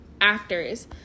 actors